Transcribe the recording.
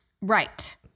right